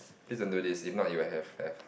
please don't do this if not you will have have